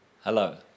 hello